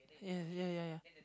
ya ya ya ya